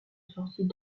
sorties